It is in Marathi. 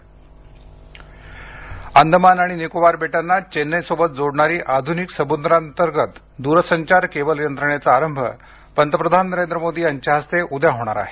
दुरसंचार केबल अंदमान आणि निकोबार बेटांना चेन्नईसोबत जोडणारी आधुनिक समुद्रांतर्गत दूरसंचार केबल यंत्रणेचा आरंभ पंतप्रधान नरेंद्र मोदी यांच्या हस्ते उद्या होणार आहे